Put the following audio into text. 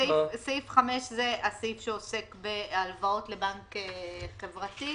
סעיף 5 זה הסעיף שעוסק בהלוואות לבנק חברתי.